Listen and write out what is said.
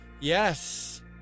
Yes